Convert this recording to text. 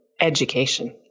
education